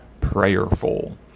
prayerful